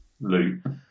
loop